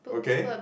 okay